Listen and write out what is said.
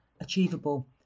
achievable